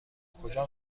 کجا